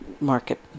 market